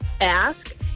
ask